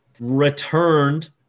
returned